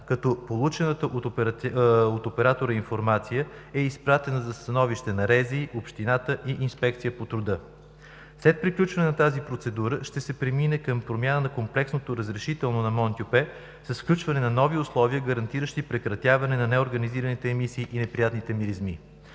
като получената от оператора информация е изпратена за становище на РЗИ, общината и Инспекцията по труда. След приключване на тази процедура ще се премине към промяна на комплексното разрешително на „Монтюпе“ за включване на нови условия, гарантиращи прекратяване на неорганизираните емисии и неприятните миризми.